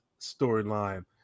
storyline